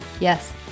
Yes